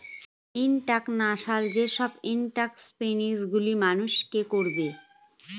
institutional যেসব entrepreneurship গুলো মানুষকে করাবে